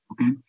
Okay